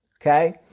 okay